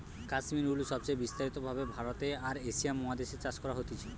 কাশ্মীর উল সবচে বিস্তারিত ভাবে ভারতে আর এশিয়া মহাদেশ এ চাষ করা হতিছে